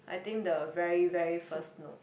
I think the very very first note